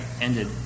ended